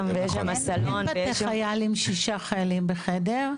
אין בתי חייל עם שישה חיילים בחדר.